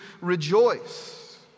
rejoice